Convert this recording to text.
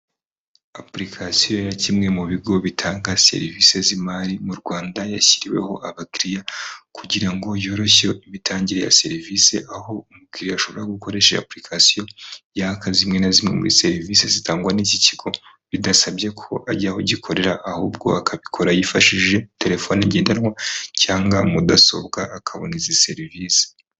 Apurikasiyo ya kimwe mu bigo bitanga serivisi z'imari mu Rwanda yashyiriweho abakiriya kugira ngo yororoshye imitangire ya serivisi, aho umukiriya ashobora gukoresha iyi apurikasiyo yaka zimwe na zimwe muri serivisi zitangwa n'iki kigo bidasabye ko ajya aho gikorera, ahubwo akabikora yifashishije terefoni ngendanwa cyangwa mudasobwa akabona izi serivisi.